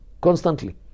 constantly